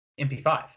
MP5